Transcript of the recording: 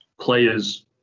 players